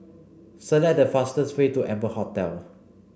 select the fastest way to Amber Hotel